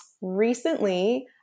Recently